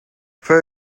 fue